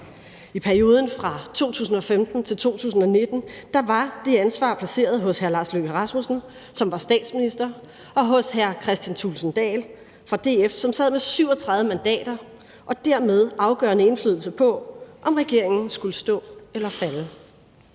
I perioden fra 2015 til 2019 var det ansvar placeret hos hr. Lars Løkke Rasmussen, som var statsminister, og hos hr. Kristian Thulesen Dahl fra DF, som sad med 37 mandater og dermed en afgørende indflydelse på, om regeringen skulle stå eller falde.